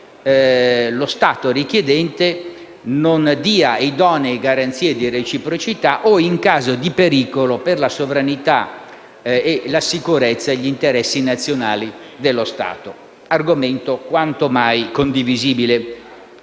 lo Stato richiedente non dia idonee garanzie di reciprocità o in caso di pericolo per la sovranità e la sicurezza degli interessi nazionali dello Stato, argomento quanto mai condivisibile.